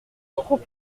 trop